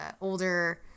older